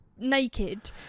naked